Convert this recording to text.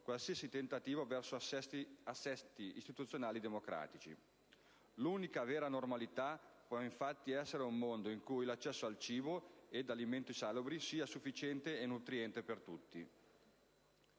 qualsiasi tentativo verso assetti istituzionali democratici. L'unica vera normalità può, infatti, essere un mondo in cui l'accesso al cibo e ad alimenti salubri, sufficienti e nutrienti, sia per tutti.